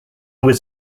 was